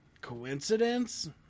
coincidence